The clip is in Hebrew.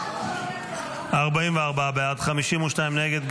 44 בעד, 52 נגד.